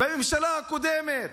בממשלה הקודמת,